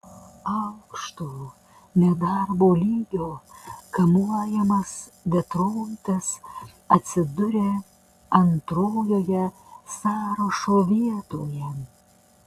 aukšto nedarbo lygio kamuojamas detroitas atsidūrė antrojoje sąrašo vietoje